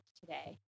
today